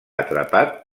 atrapat